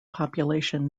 population